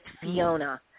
Fiona